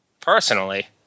personally